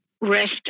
rest